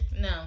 No